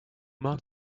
mark